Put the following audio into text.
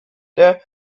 der